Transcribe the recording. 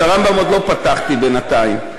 את הרמב"ם עוד לא פתחתי בינתיים.